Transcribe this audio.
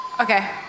Okay